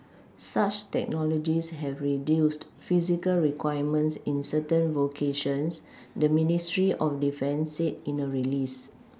such technologies have reduced physical requirements in certain vocations the ministry of defence said in a release